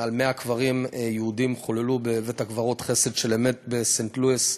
יותר מ-100 קברים יהודיים חוללו בבית-הקברות "חסד של אמת" בסנט-לואיס,